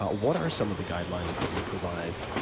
what are some of the guidelines that you provide